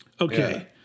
okay